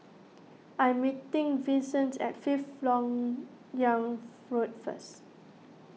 I'm meeting Vicente at Fifth Lok Yang Food first